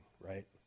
Right